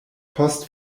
post